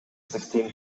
sixteen